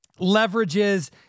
leverages